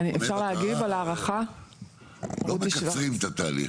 לא מקצרים את התהליך.